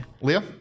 Leah